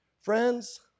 Friends